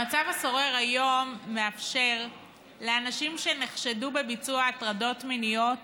המצב השורר היום מאפשר לאנשים שנחשדו בביצוע הטרדות מיניות